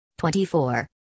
24